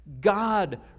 God